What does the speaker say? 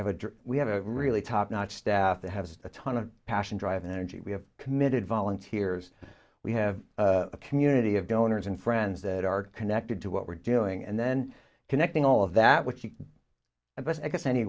dream we have a really top notch staff that has a ton of passion drive and energy we have committed volunteers we have a community of donors and friends that are connected to what we're doing and then connecting all of that with the best i guess any